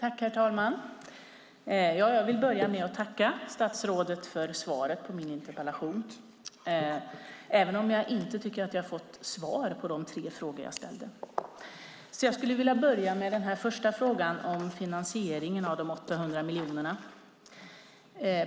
Herr talman! Jag vill börja med att tacka statsrådet för svaret på min interpellation, även om jag inte tycker att jag har fått svar på de tre frågor jag ställde. Jag skulle vilja börja med den första frågan om finansieringen av de 800 miljonerna.